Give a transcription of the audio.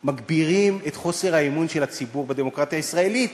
הם מגבירים את חוסר האמון של הציבור בדמוקרטיה הישראלית,